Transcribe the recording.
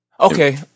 Okay